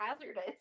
hazardous